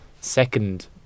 second